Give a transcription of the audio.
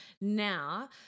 now